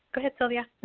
go ahead, silvia.